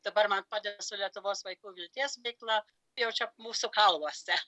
dabar man padeda su lietuvos vaikų vilties veikla jau čia mūsų kauluose